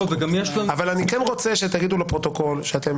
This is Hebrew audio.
אבל אני כן רוצה שתגידו לפרוטוקול שאתם